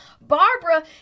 Barbara